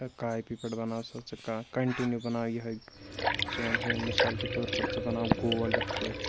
copy پٮ۪ٹھ بَناو سا ژٕ کانٛہہ کَنٹِنیوٗ بَناو یِہوٚے سُہ وَنہِ ہا مےٚ مِثال کے طور پَر ژٕ بَناو گول یِتھ کٲٹھۍ